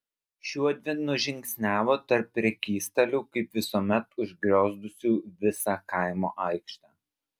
šiuodvi nužingsniavo tarp prekystalių kaip visuomet užgriozdusių visą kaimo aikštę